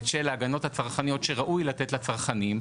של ההגנות הצרכניות שראוי לתת לצרכנים,